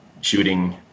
shooting